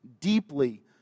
deeply